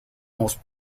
most